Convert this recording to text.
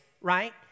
right